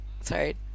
sorry